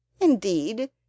indeed